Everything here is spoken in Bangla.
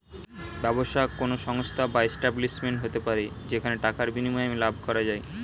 ব্যবসা কোন সংস্থা বা এস্টাব্লিশমেন্ট হতে পারে যেখানে টাকার বিনিময়ে লাভ করা যায়